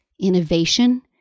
innovation